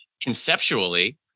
conceptually